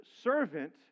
servant